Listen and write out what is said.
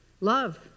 Love